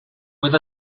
with